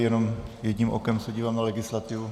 Jenom jedním okem se dívám na legislativu...